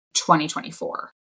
2024